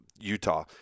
Utah